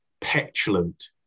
petulant